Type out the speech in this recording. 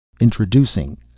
Introducing